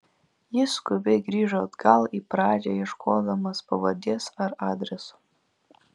jis skubiai grįžo atgal į pradžią ieškodamas pavardės ar adreso